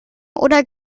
oder